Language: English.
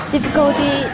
Difficulty